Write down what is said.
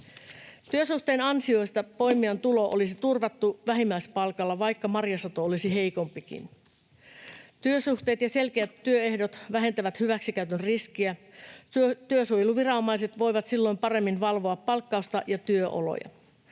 Työsuhteen ansiosta poimijan tulo olisi turvattu vähimmäispalkalla, vaikka marjasato olisi heikompikin. Työsuhteet ja selkeät työehdot vähentävät hyväksikäytön riskiä. Työsuojeluviranomaiset voivat silloin paremmin valvoa palkkausta ja työoloja.